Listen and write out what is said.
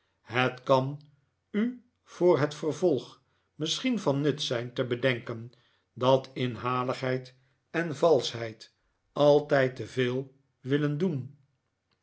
het kan u voor het vervolg misschien van nut zijn te bedenken dat inhaligheid en valschheid altijd te veel willen doen